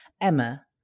Emma